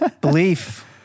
Belief